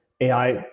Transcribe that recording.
AI